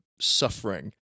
suffering